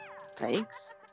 thanks